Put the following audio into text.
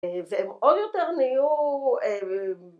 והם עוד יותר נהיו...